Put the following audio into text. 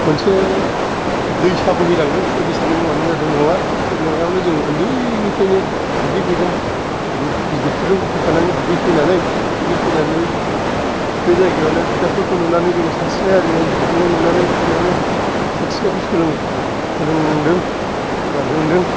मोनसे दैसा बोहैलांदों बे दैसानि मुङानो जादों ल'ङा बे ल'ङा आवनो उन्दैनिफ्राइनो दुगैफैदों गिदिरफोरजों फैफानानै दुगैफैनानै दुगैफैनानै बे जायगायावनो बिदाफोरखौ नुनानै जोङो सानस्रिनाय आरिनाय दुगैनाय नुनानै बेयावनो सानस्रिनायखौ सोलोंदों बा रोंदों